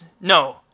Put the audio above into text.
No